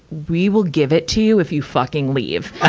we will give it to you if you fucking leave. ah